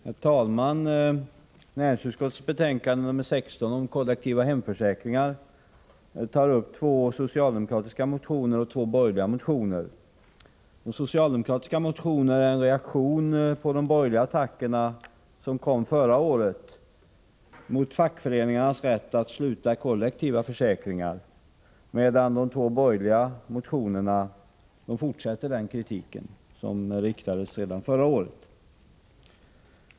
Herr talman! Näringsutskottets betänkande nr 16 om kollektiva hemförsäkringar behandlar två socialdemokratiska och två borgerliga motioner. De socialdemokratiska motionerna är en reaktion på de borgerliga attacker som förra året riktades mot fackföreningarnas rätt att teckna kollektiva försäkringar, medan de två borgerliga motionerna fortsätter denna kritik.